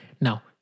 Now